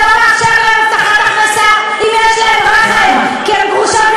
הבטחת הכנסה, מה את רוצה?